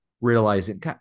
realizing